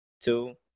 Two